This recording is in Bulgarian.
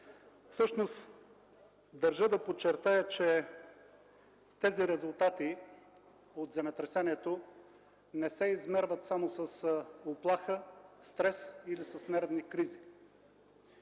Всъщност държа да подчертая, че резултатите от земетресението не се измерват само с уплаха, стрес или с нервни кризи.